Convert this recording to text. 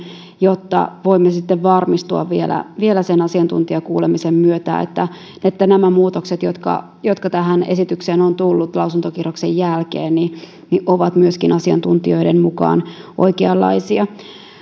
jotta voimme sitten varmistua vielä vielä sen asiantuntijakuulemisen myötä siitä että nämä muutokset jotka jotka tähän esitykseen ovat tulleet lausuntokierroksen jälkeen ovat myöskin asiantuntijoiden mukaan oikeanlaisia